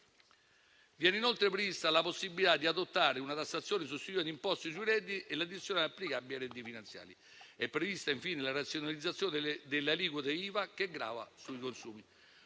Viene inoltre prevista la possibilità di adottare una tassazione sostitutiva d'imposta sui redditi e l'addizionale applicabile ai redditi finanziari. È prevista infine la razionalizzazione delle aliquote IVA che grava sui consumi.